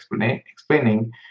explaining